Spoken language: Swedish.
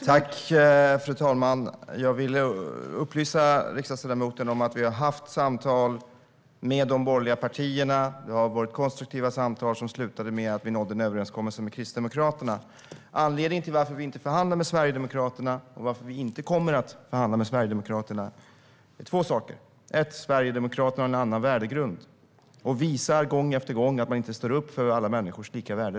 Fru talman! Låt mig upplysa riksdagsledamoten om att vi har haft samtal med de borgerliga partierna. Det var konstruktiva samtal som slutade med att vi nådde en överenskommelse med Kristdemokraterna. Det finns två anledningar till att vi inte förhandlade med Sverigedemokraterna och att vi inte heller kommer att förhandla med Sverigedemokraterna. För det första har Sverigedemokraterna en annan värdegrund och visar gång på gång att de inte står upp för alla människors lika värde.